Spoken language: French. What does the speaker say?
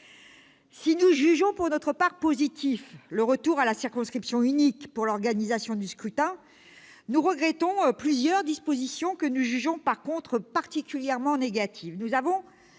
nous estimons positif le retour à la circonscription unique pour l'organisation du scrutin, nous regrettons plusieurs dispositions que nous jugeons particulièrement négatives.